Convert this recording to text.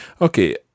Okay